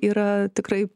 yra tikrai